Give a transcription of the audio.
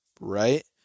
Right